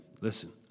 listen